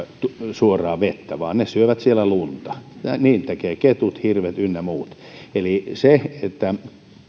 suoraan vettä vaan ne syövät siellä lunta niin tekevät ketut hirvet ynnä muut eli se että